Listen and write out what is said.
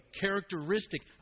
characteristic